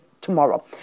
tomorrow